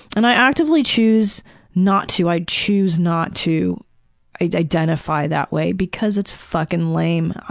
and i actively choose not to, i choose not to identify that way because it's fucking lame.